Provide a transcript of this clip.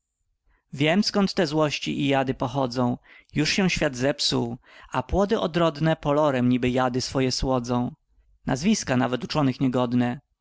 wiem skąd te złości i jady pochodzą już się świat zepsuł a płody odrodne polorem niby jady swoje słodzą nazwiska nawet uczonych niegodne